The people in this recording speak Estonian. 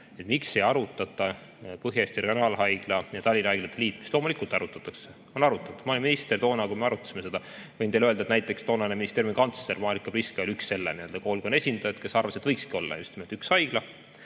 miks ei arutata Põhja-Eesti Regionaalhaigla ja [teiste] Tallinna haiglate liitmist. Loomulikult arutatakse, on arutatud. Ma olin minister toona, kui me arutasime seda. Võin teile öelda, et näiteks toonane ministeeriumi kantsler Marika Priske oli üks selle koolkonna esindajaid, kes arvas, et võikski olla just nimelt